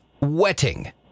wetting